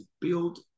build